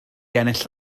ennill